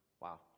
Wow